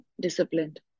disciplined